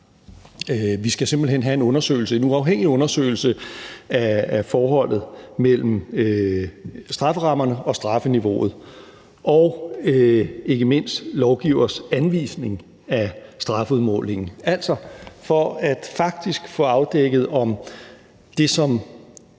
at vi simpelt hen skal have en uafhængig undersøgelse af forholdet mellem strafferammerne og strafniveauet og ikke mindst lovgivers anvisning af strafudmålingen, altså for at få afdækket, om det, som